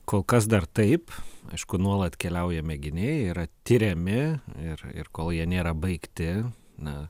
kol kas dar taip aišku nuolat keliauja mėginiai jie yra tiriami ir ir kol jie nėra baigti na